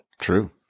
True